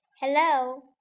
Hello